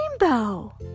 rainbow